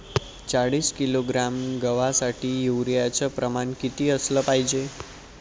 चाळीस किलोग्रॅम गवासाठी यूरिया च प्रमान किती असलं पायजे?